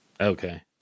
okay